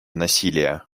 насилия